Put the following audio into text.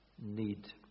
need